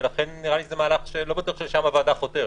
ולכן נראה לי שזה מהלך שלא בטוח שלשם הוועדה חותרת.